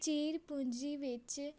ਚੀਰ ਪੂੰਜੀ ਵਿੱਚ